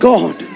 God